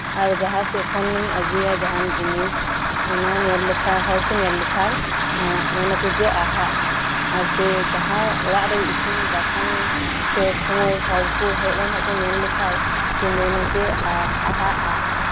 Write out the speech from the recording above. ᱟᱨ ᱡᱟᱦᱟᱸ ᱥᱮᱫ ᱠᱷᱚᱱ ᱮᱢ ᱟᱹᱜᱩᱭᱟ ᱡᱟᱦᱟᱱ ᱡᱤᱱᱤᱥ ᱚᱱᱟ ᱧᱮᱞ ᱞᱮᱠᱷᱟᱪ ᱦᱚᱲ ᱠᱚ ᱧᱮᱞ ᱞᱮᱠᱷᱟᱱ ᱢᱮᱱ ᱟᱠᱚ ᱡᱮ ᱟᱦᱟᱜᱼᱟ ᱟᱨ ᱥᱮ ᱡᱟᱦᱟᱸ ᱚᱲᱟᱜ ᱨᱮ ᱤᱥᱤᱱ ᱵᱟᱥᱟᱝ ᱛᱮ ᱥᱚᱢᱚᱭ ᱦᱚᱲ ᱠᱚ ᱦᱮᱡ ᱞᱮᱱᱠᱷᱟᱱ ᱟᱨ ᱠᱚ ᱧᱮᱞ ᱞᱮᱠᱷᱟᱱ ᱢᱮᱱ ᱟᱠᱚ ᱡᱮ ᱟᱦᱟᱜᱼᱟ